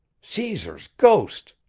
caesar's ghost!